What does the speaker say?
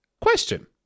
question